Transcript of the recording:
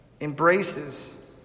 embraces